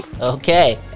Okay